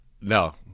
No